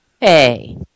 Hey